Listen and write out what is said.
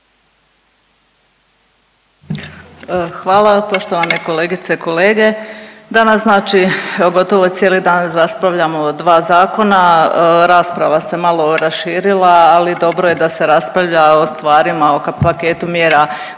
Hvala. Poštovane kolegice i kolege, danas znači gotovo cijeli dan raspravljamo o dva zakona, rasprava se malo raširila, ako dobro je da se raspravlja o stvarima, o paketu mjera